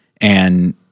and-